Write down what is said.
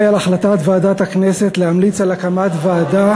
ההצבעה היא על החלטת ועדת הכנסת להמליץ על הקמת ועדה